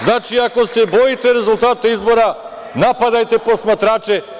Znači, ako se bojite rezultata izbora, napadajte posmatrače.